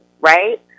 right